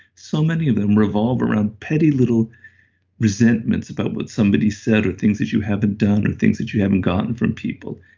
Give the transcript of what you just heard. so many of them revolve around petty little resentments about what somebody said or things that you haven't don't or things that you haven't gotten from people.